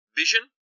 vision